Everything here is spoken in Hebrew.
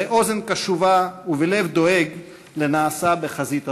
באוזן קשובה ובלב דואג לנעשה בחזית הדרום.